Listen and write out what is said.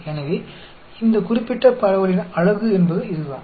எனவே இந்த குறிப்பிட்ட பரவலின் அழகு என்பது அதுதான்